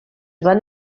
van